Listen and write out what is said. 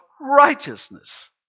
righteousness